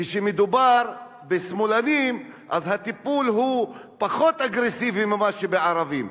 כשמדובר בשמאלנים אז הטיפול הוא פחות אגרסיבי ממה שבערבים.